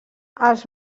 els